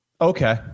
Okay